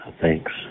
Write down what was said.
Thanks